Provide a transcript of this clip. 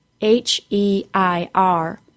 H-E-I-R